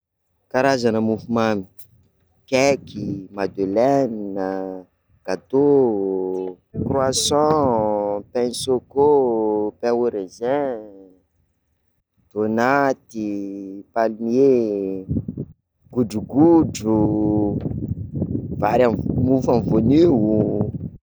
Karazana mofomamy: cake, madeleine, gateau, croissant, pain choco, pain au raisin, donaty, palmier, godrogodro, mofo amy voanio.